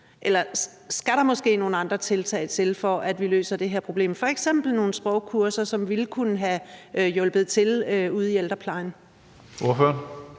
Eller skal der måske nogle andre tiltag til, for at vi løser det her problem, f.eks. nogle sprogkurser, som ville kunne have hjulpet til ude i ældreplejen?